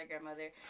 grandmother